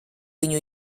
viņu